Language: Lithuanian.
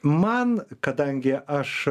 man kadangi aš